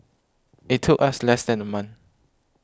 it took us less than a month